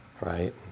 right